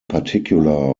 particular